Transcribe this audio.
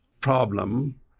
problem